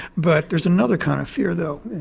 but there's another kind of fear though.